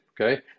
okay